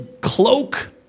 cloak